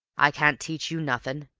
i can't teach you nothin'.